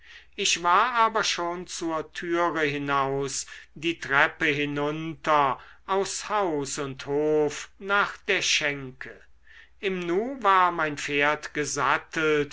ich war aber schon zur türe hinaus die treppe hinunter aus haus und hof nach der schenke im nu war mein pferd gesattelt